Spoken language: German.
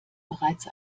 bereits